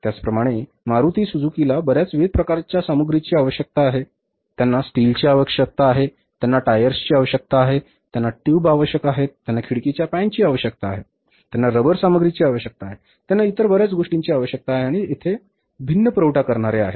त्याचप्रमाणे मारुती सुझुकीला बर्याच विविध प्रकारच्या सामग्रीची आवश्यकता आहे त्यांना स्टीलची आवश्यकता आहे त्यांना टायर्सची आवश्यकता आहे त्यांना ट्यूब आवश्यक आहेत त्यांना खिडकीच्या पॅनची आवश्यकता आहे त्यांना रबर सामग्रीची आवश्यकता आहे त्यांना इतर बर्याच गोष्टींची आवश्यकता आहे आणि तेथे भिन्न पुरवठा करणारे आहेत